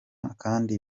kandi